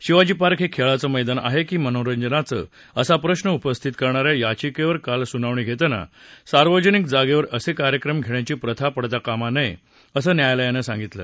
Shivaji Park हे खेळाचं मैदान आहे की मनोरंजनाचं असा प्रश्र उपस्थित करणाऱ्या याचिकेवर काल सुनावणी घेताना सार्वजनिक जागेवर असे कार्यक्रम घेण्याची प्रथा पडता कामा नये असं न्यायालयानं सांगितलं